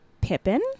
Pippin